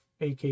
AK